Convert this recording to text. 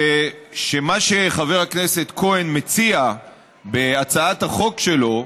זה שמה שחבר הכנסת כהן מציע בהצעת החוק שלו,